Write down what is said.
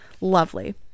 Lovely